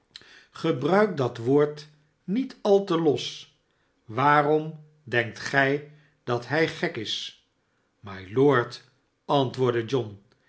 gebruik dat woord niet al te los waarom denkt gij dat hij gek is t mylord antwoordde john